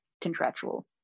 contractual